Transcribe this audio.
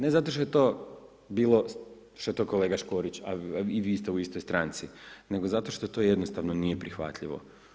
Ne zato što je to bilo, što je to kolega Škorić, a i vi ste u istoj stranci, nego zato što to jednostavno nije prihvatljivo.